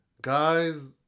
Guys